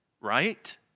Right